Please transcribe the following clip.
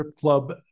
club